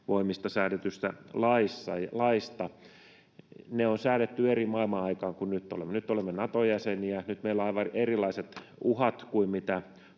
Puolustusvoimista säädetystä laista. Ne on säädetty eri maailmanaikaan kuin missä nyt olemme. Nyt olemme Nato-jäseniä, nyt meillä on aivan erilaiset uhat kuin mitä